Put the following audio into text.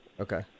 Okay